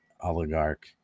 oligarch